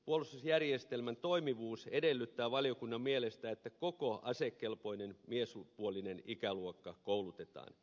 puolustusjärjestelmän toimivuus edellyttää valiokunnan mielestä että koko asekelpoinen miespuolinen ikäluokka koulutetaan